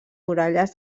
muralles